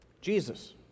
Jesus